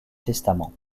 testament